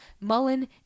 Mullen